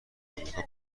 آمریکا